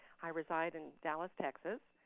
i reside in dallas, texas.